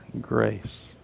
grace